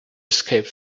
escaped